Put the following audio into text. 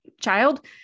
child